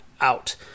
out